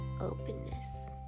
openness